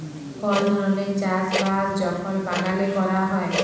call ধরলের চাষ বাস যখল বাগালে ক্যরা হ্যয়